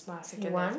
so you want